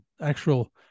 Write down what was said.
actual